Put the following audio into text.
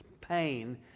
pain